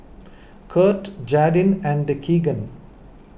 Kurt Jadyn and Keagan